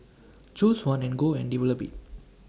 choose one and go and develop IT